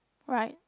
right